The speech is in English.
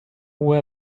where